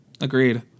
Agreed